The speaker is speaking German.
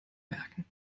merken